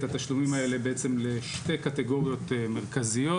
התשלומים האלה בעצם לשתי קטגוריות מרכזיות: